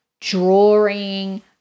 drawing